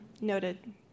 Noted